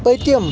پٔتِم